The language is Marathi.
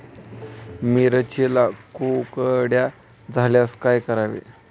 मिरचीला कुकड्या झाल्यास काय करावे?